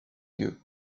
lieux